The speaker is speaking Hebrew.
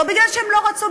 לא מפני שהם לא רצו,